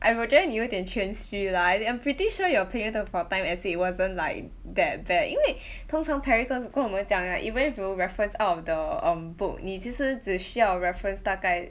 哎我觉得你有一点谦虚啦 I I'm pretty sure your planning to for time essay wasn't like that bad 因为 通常 Perry 跟跟我们讲 like even if you reference out of the um book 你其实只需要 reference 大概